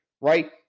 right